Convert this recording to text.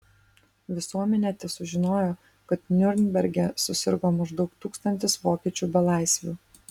visuomenė tesužinojo kad niurnberge susirgo maždaug tūkstantis vokiečių belaisvių